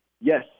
Yes